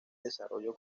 desarrollo